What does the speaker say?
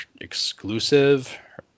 exclusive